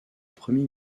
premier